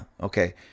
okay